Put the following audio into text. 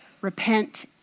repent